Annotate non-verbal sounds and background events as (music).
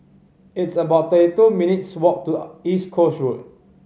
it's about thirty two minutes' walk to (hesitation) East Coast Road